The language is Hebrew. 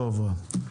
לא עברה.